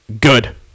good